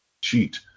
cheat